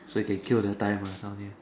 so you can kill the time uh down here